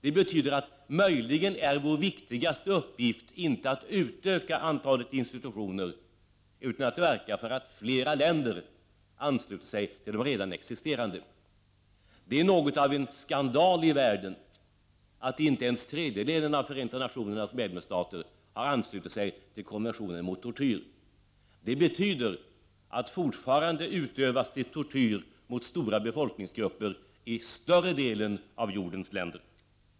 Det betyder att vår viktigaste uppgift möjligen inte är att utöka antalet konventioner utan att verka för att fler länder ansluter sig till redan existerande. Det är skandal att inte ens en tredjedel av Förenta nationernas medlemsstater har anslutit sig till konventionen mot tortyr. Det betyder att det fortfarande utövas tortyr mot stora befolkningsgrupper i större delen av jordens länder.